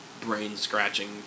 brain-scratching